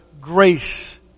grace